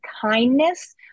kindness